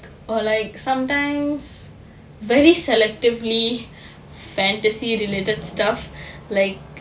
or like sometimes very selectively fantasy related stuff like